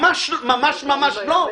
ממש לא.